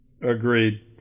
Agreed